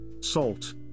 salt